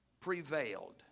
prevailed